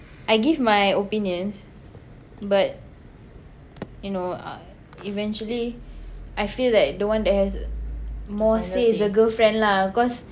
I give my opinions but you know uh eventually I feel that the one that has more say is the girlfriend lah cause